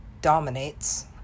dominates